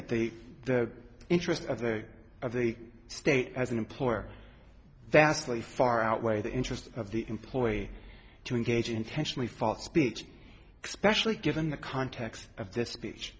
that the the interest of the of the state as an employer vastly far outweigh the interest of the employee to engage intentionally false speech specially given the context of this